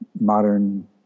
modern